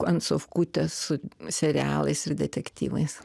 ant sofkutės su serialais ir detektyvais